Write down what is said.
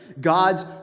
God's